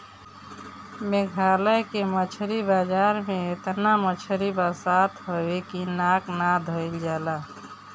मेघालय के मछरी बाजार में एतना मछरी बसात हवे की नाक ना धइल जाला